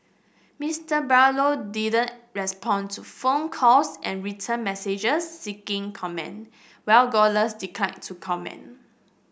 Mister Barlow didn't respond to phone calls and written messages seeking comment while Gosling declined to comment